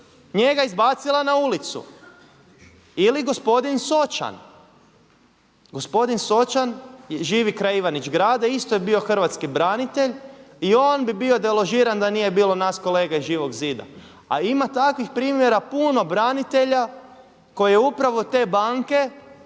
njega izbacila na ulicu ili gospodin Sočan? Gospodin Sočan živi kraj Ivanić Grada, isto je bio hrvatski branitelj i on bi bio deložiran da nije bilo nas kolega iz Živog zida. A ima takvih primjera puno branitelja koje upravo te banke